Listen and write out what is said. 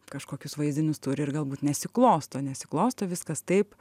kažkokius vaizdinius turi ir galbūt nesiklosto nesiklosto viskas taip